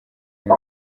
uyu